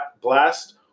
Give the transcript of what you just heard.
blast